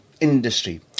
industry